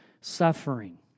suffering